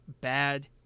bad